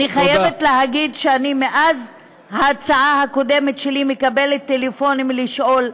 אני חייבת להגיד שמאז ההצעה הקודמת שלי אני מקבלת טלפונים ששואלים: